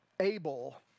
able